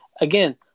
Again